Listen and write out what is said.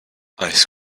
ice